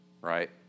right